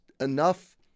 enough